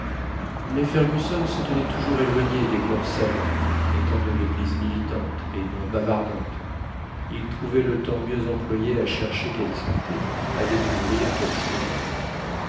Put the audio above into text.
mais fergusson se tenait toujours éloigné des corps savants étant de l'église militante et non bavardante il trouvait le temps mieux employé à chercher qu'à discuter à découvrir qu'à discourir